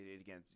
Again